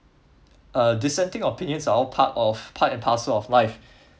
uh dissenting opinions are all part of part and parcel of life